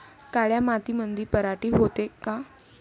काळ्या मातीमंदी पराटी होते का?